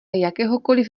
jakéhokoliv